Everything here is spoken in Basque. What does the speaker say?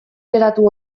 geratu